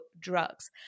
drugs